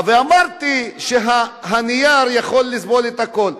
ואמרתי שהנייר יכול לסבול את הכול.